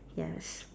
yes